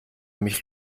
mich